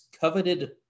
coveted